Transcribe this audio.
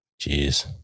Jeez